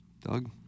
Doug